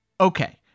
okay